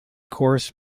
course